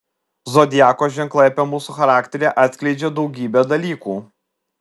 zodiako ženklai apie mūsų charakterį atskleidžią daugybę dalykų